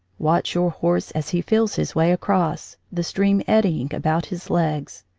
watch your horse as he feels his way across, the stream eddy ing about his legs.